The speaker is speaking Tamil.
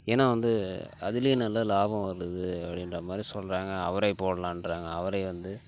ஏன்னா வந்து அதிலே நல்லா லாபம் வருது அப்படின்ற மாதிரி சொல்கிறாங்க அவரை போடலான்றாங்க அவரை வந்து